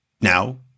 now